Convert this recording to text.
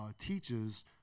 teaches